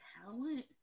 talent